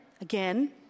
again